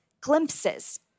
glimpses